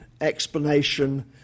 explanation